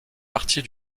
partie